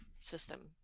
system